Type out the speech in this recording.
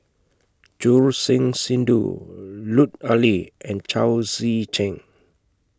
Choor Singh Sidhu Lut Ali and Chao Tzee Cheng